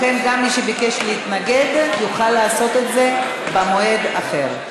לכן גם מי שביקש להתנגד יוכל לעשות את זה במועד אחר.